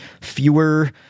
fewer